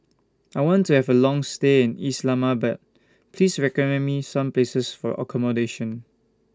I want to Have A Long stay in Islamabad Please recommend Me Some Places For accommodation